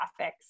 graphics